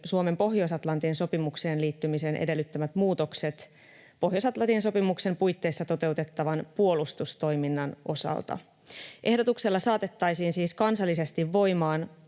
Suomen Pohjois-Atlantin sopimukseen liittymisen edellyttämät muutokset Pohjois-Atlantin sopimuksen puitteissa toteutettavan puolustustoiminnan osalta. Ehdotuksella saatettaisiin siis kansallisesti voimaan